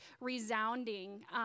resounding